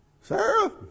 Sarah